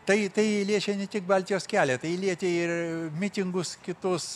tai tai liečia ne tik baltijos kelią tai lietė ir mitingus kitus